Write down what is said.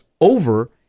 over